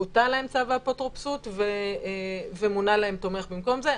בוטל להם צו האפוטרופסות ומונה להם תומך במקום זה,